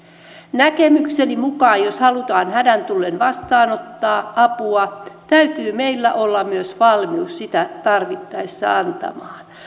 näkemykseni mukaan jos halutaan hädän tullen vastaanottaa apua täytyy meillä olla myös valmius sitä tarvittaessa antaa